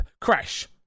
Crash